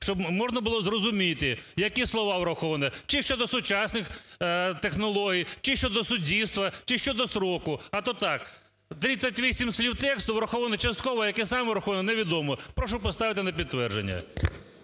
щоб можна було зрозуміти, які слова враховані чи щодо сучасних технологій, чи щодо суддівства, чи щодо строку. А, то так 38 слів тексту враховано частково, яке саме враховано невідомо. Прошу поставити на підтвердження.